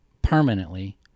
permanently